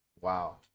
wow